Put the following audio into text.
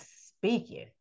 speaking